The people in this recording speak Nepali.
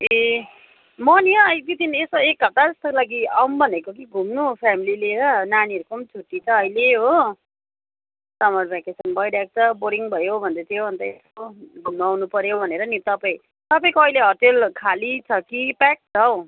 ए म नि हो एक दुई दिन यसो एक हप्ता जस्तो लागि आऊँ भनेको कि घुम्नु फ्यामिली लिएर नानीहरूको पनि छुट्टी छ अहिले हो समर भ्याकेसन भइरहेको छ बोरिङ भयो भन्दै थियो अन्त यसो घुम्नु आउनुपऱ्यो भनेर नि तपाईँ तपाईँको अहिले होटल खाली छ कि प्याक छ हौ